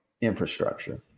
infrastructure